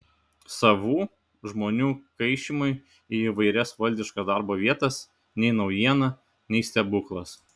savų žmonių kaišymai į įvairias valdiškas darbo vietas nei naujiena nei stebuklas